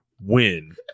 win